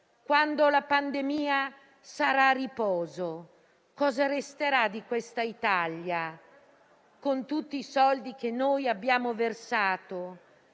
quando la pandemia sarà a riposo, cosa resterà di questa Italia, con tutti i soldi che abbiamo versato,